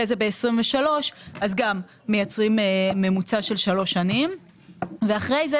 כך ב-2023 מייצרים ממוצע של שלוש שנים ואחר כך